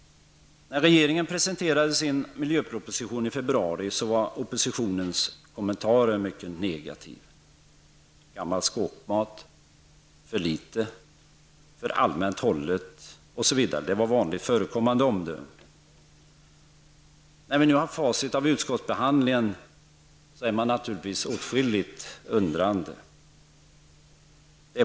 När regeringen presenterade sin miljöproposition i februari, var oppositionens kommentarer mycket negativa. Gammal skåpmat, för litet, för allmänt hållet, osv. -- det var vanligt förekommande omdömen. När vi nu har facit av utskottsbehandlingen, är man naturligtvis åtskilligt undrande.